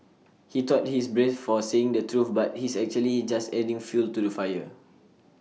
he thought he's brave for saying the truth but he's actually just adding fuel to the fire